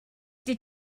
did